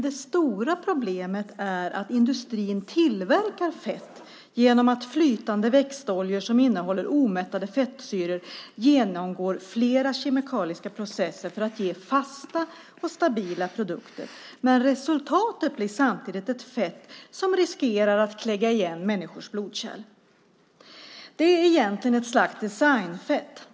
Det stora problemet är att industrin tillverkar fett genom att flytande växtoljor som innehåller omättade fettsyror genomgår flera kemikaliska processer för att ge fasta och stabila produkter. Men resultatet blir samtidigt ett fett som riskerar att "klegga igen" människors blodkärl. Det är egentligen ett slags designfett.